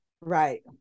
right